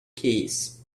keys